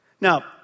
Now